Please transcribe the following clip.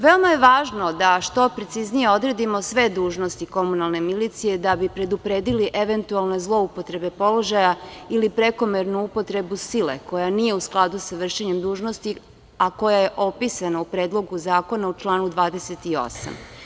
Veoma je važno da što preciznije odredimo sve dužnosti komunalne milicije da bi predupredili eventualne zloupotrebe položaja ili prekomernu upotrebu sile, koja nije u skladu sa vršenjem dužnosti, a koja je opisana u Predlogu zakona, u članu 28.